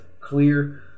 clear